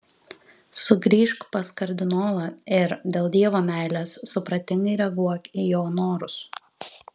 sugrįžk pas kardinolą ir dėl dievo meilės supratingai reaguok į jo norus